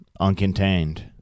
uncontained